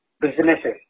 businesses